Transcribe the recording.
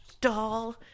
doll